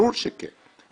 ברור שכן,